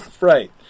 right